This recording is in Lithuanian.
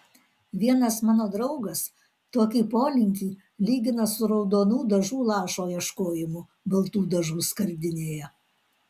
vienas mano draugas tokį polinkį lygina su raudonų dažų lašo ieškojimu baltų dažų skardinėje